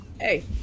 hey